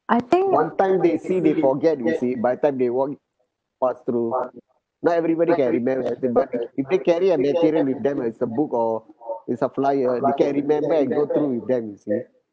one time they see they forget you see by the time they walk pass through not everybody can remember but if they carry a material with them it's a book or it's a flyer they can remember and go through with them you see